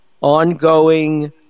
ongoing